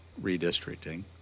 redistricting